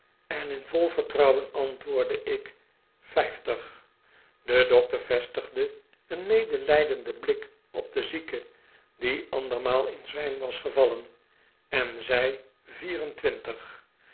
en in vol vertrouwen antwoordde ik vijftig de dokter vestigde een medelijdenden blik op den zieke die andermaal in zwijm was gevallen en zei